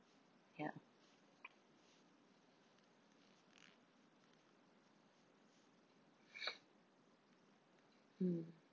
ya mm